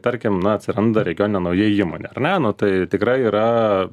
tarkim na atsiranda regione nauja įmonė ar ne nu tai tikrai yra